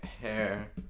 hair